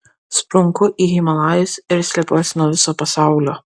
sprunku į himalajus ir slepiuosi nuo viso pasaulio